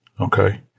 Okay